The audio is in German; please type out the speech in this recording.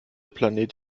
planet